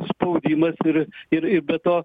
spaudimas ir ir ir be to